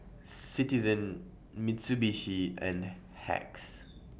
Citizen Mitsubishi and Hacks